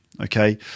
Okay